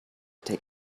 take